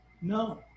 No